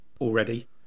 already